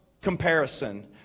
comparison